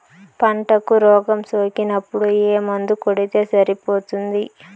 పంటకు రోగం సోకినపుడు ఏ మందు కొడితే సరిపోతుంది?